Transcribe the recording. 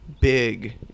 Big